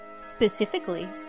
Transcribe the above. Specifically